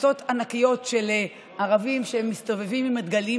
קבוצות ענקיות של ערבים שמסתובבים עם הדגלים